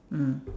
mm